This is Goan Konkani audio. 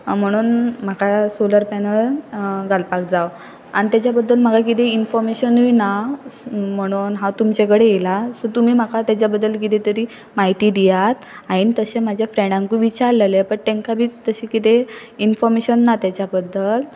म्हणून म्हाका सोलर पॅनल घालपाक जाव आनी तेज्या बद्दल म्हाका किदें इन्फोमेशनूय ना म्हणून हांव तुमचे कडेन येयलां सो तुमी म्हाका तेज बद्दल किदें तरी म्हायती दियात हांयेन तशें म्हाज्या फ्रेंडांकूय विचारलेले बट तेंकां बी तशें किदें इन्फोमेशन ना तेच्या बद्दल